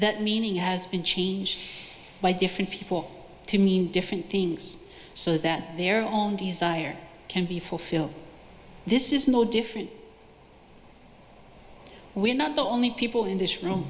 that meaning has been changed by different people to mean different things so that their own desire can be fulfilled this is no different we're not the only people in this room